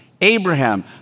Abraham